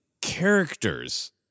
character's